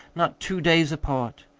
not two days apart?